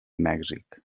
mèxic